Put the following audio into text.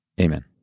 Amen